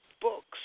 books